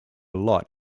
lot